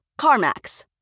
CarMax